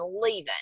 leaving